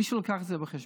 מישהו לקח את זה בחשבון?